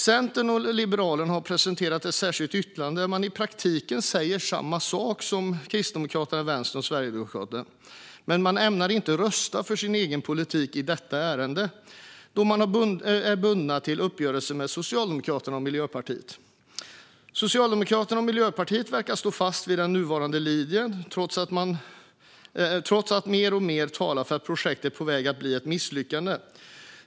Centern och Liberalerna har presenterat ett särskilt yttrande där man i praktiken säger samma sak som Kristdemokraterna, Vänstern och Sverigedemokraterna. Men man ämnar inte rösta för sin egen politik i detta ärende då man är bunden till uppgörelsen med Socialdemokraterna och Miljöpartiet. Socialdemokraterna och Miljöpartiet verkar stå fast vid den nuvarande linjen trots att alltmer talar för att projektet är på väg att bli ett misslyckande.